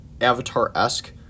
avatar-esque